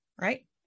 right